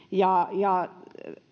ja ja